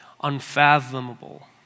unfathomable